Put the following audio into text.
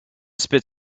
spit